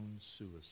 suicide